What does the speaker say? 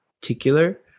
particular